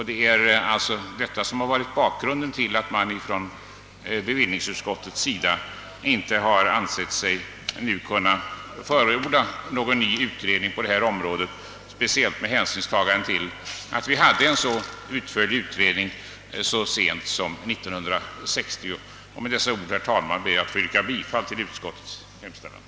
Detta har alltså varit bakgrunden till att bevillningsutskottet. inte ansett sig nu kunna förorda någon ny utredning på detta område, speciellt med hänsyn till den så pass utförliga utredning som genomfördes så sent som 1960. Herr talman! Jag ber med dessa ord att få yrka bifall till utskottets hemställan.